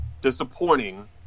disappointing